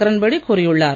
கிரண்பேடி கூறியுள்ளார்